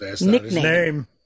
nickname